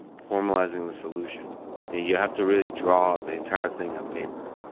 formalizing the solution, and you have to really draw out the entire thing on paper.